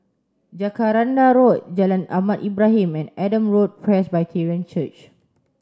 Jacaranda Road Jalan Ahmad Ibrahim and Adam Road Presbyterian Church